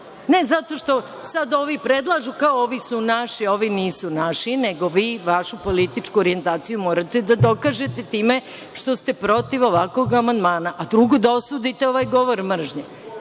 ne zato što sada ovi predlažu, kao ovi su naši, ovi nisu naši, nego vi vašu političku orijentaciju morate da dokažete time što ste protiv ovakvog amandmana, a drugo da osudite ovaj govor mržnje.